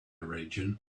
region